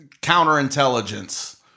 counterintelligence